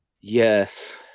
Yes